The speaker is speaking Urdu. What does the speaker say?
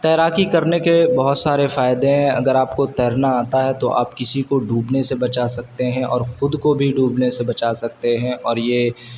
تیراکی کرنے کے بہت سارے فائدے ہیں اگر آپ کو تیرنا آتا ہے تو آپ کسی کو ڈوبنے سے بچا سکتے ہیں اور خود کو بھی ڈوبنے سے بچا سکتے ہیں اور یہ